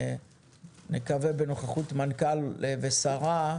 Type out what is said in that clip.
אני מקווה שבנוכחות המנכ"ל והשרה,